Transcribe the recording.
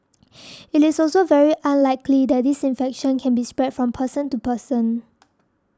it is also very unlikely that this infection can be spread from person to person